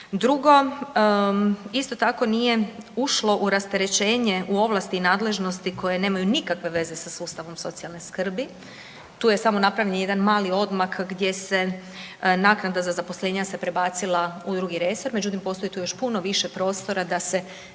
Drugo, isto tako nije ušlo u rasterećenje u ovlasti nadležnosti koje nemaju nikakve veze sa sustavom socijalne skrbi, tu je samo napravljen jedan mali odmak gdje se naknada za zaposlenja se prebacila u drugi resor, međutim postoji tu još puno više prostora da se